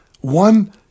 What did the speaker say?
one